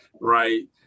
right